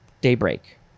Daybreak